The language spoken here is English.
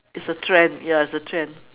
it's a trend ya it's trend